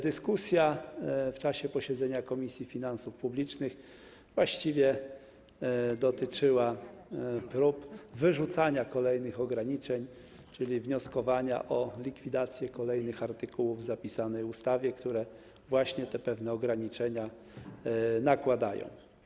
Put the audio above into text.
Dyskusja w czasie posiedzenia Komisji Finansów Publicznych właściwie dotyczyła prób wyrzucania kolejnych ograniczeń, czyli wnioskowania o likwidację kolejnych artykułów w zapisanej ustawie, które właśnie te pewne ograniczenia nakładają.